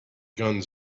guns